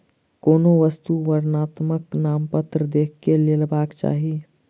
कोनो वस्तु वर्णनात्मक नामपत्र देख के लेबाक चाही